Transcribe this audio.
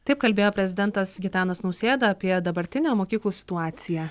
taip kalbėjo prezidentas gitanas nausėda apie dabartinę mokyklų situaciją